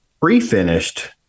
pre-finished